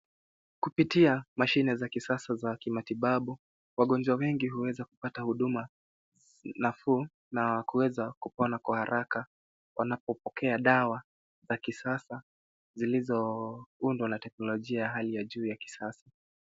Kupitia mashine za kisasa za kimatibabu, wagonjwa wengi huweza kupata huduma nafuu na kuweza kupona kwa haraka. Wanapopokea dawa za kisasa zilizoundwa na teknolojia ya hali ya juu ya kisasa.